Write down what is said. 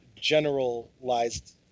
generalized